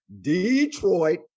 Detroit